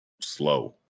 slow